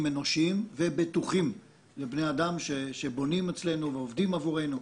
אנושיים ובטוחים לבני אדם שבונים אצלנו ועובדים עבורנו,